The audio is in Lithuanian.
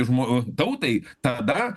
žmo tautai tada